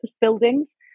buildings